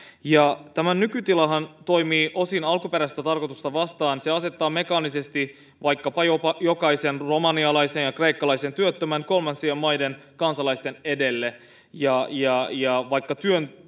tämä nykytilahan toimii osin alkuperäistä tarkoitusta vastaan se asettaa mekaanisesti vaikkapa jopa jokaisen romanialaisen ja kreikkalaisen työttömän kolmansien maiden kansalaisten edelle ja ja vaikka